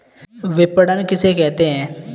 विपणन किसे कहते हैं?